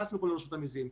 המיסים.